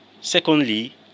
Secondly